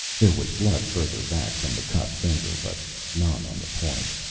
there was blood further back from the cut finger, but none on the point.